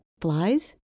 flies